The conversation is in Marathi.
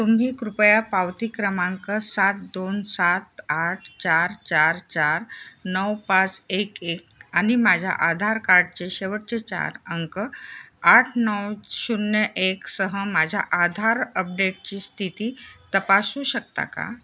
तुम्ही कृपया पावती क्रमांक सात दोन सात आठ चार चार चार नऊ पाच एक एक आणि माझ्या आधार कार्डचे शेवटचे चार अंक आठ नऊ शून्य एकसह माझ्या आधार अपडेटची स्थिती तपासू शकता का